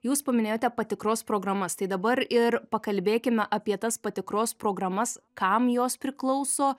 jūs paminėjote patikros programas tai dabar ir pakalbėkime apie tas patikros programas kam jos priklauso